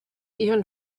even